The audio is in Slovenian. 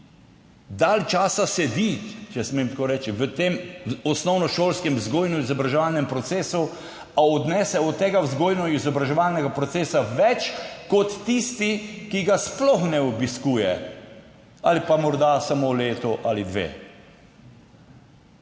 dalj časa sedi, če smem tako reči, v tem osnovnošolskem vzgojno-izobraževalnem procesu, odnese od tega vzgojno-izobraževalnega procesa več kot tisti, ki ga sploh ne obiskuje ali pa ga obiskuje morda samo leto ali dve?